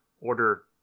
order